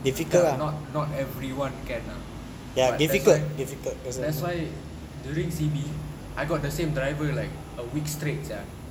okay ah not not everyone can ah but that's why that's why during C_B I had the same driver a week straight sia